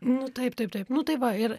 nu taip taip taip nu tai va ir